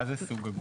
מה זה סוג הגוף?